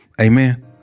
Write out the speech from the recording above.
Amen